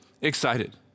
excited